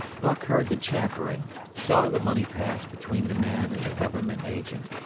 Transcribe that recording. buck heard the chaffering, saw the money pass between the man and the government agent,